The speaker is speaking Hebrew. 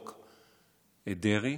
חוק דרעי.